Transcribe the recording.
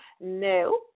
No